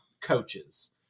coaches